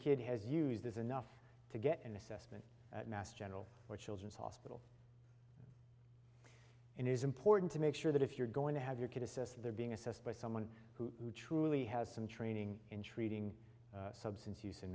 kid has used this enough to get an assessment at mass general or children's hospital and it is important to make sure that if you're going to have your kid assessed they're being assessed by someone who truly has some training in treating substance use in